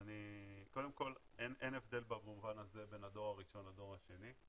קודם כל אין הבדל במובן הזה בין הדור הראשון לדור השני.